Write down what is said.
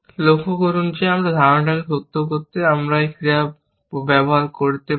লক্ষ্য করুন যে ধারণকে সত্য করতে আমি একটি ক্রিয়া ব্যবহার করতে পারি